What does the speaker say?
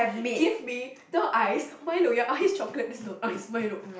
give me the ice Milo ya ice chocolate that's not ice Milo